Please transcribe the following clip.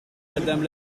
madame